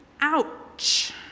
Ouch